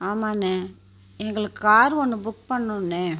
ஆமாண்ணே எங்களுக்கு கார் ஒன்று புக் பண்ணணும்னே